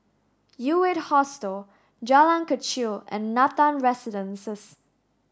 U Eight Hostel Jalan Kechil and Nathan Residences